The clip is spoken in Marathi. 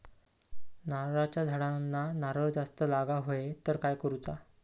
नारळाच्या झाडांना नारळ जास्त लागा व्हाये तर काय करूचा?